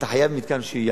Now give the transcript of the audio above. אתה חייב מתקן שהייה.